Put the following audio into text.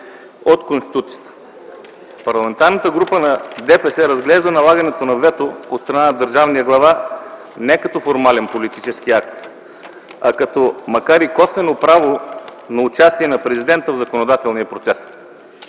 от Конституцията. Парламентарната група на ДПС разглежда налагането на вето от страна на държавния глава не като формален политически акт, а като, макар и косвено, право на участие на президента в законодателния процес.